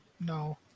No